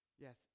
Yes